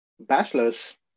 bachelors